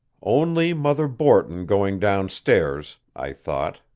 only mother borton going down stairs, i thought,